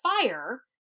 fire